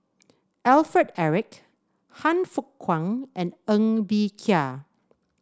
Alfred Eric Han Fook Kwang and Ng Bee Kia